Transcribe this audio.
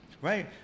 right